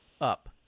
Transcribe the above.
up